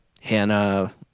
Hannah